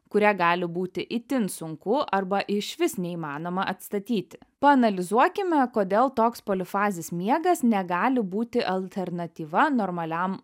kurią gali būti itin sunku arba išvis neįmanoma atstatyti paanalizuokime kodėl toks polifazis miegas negali būti alternatyva normaliam